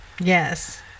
Yes